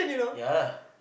ya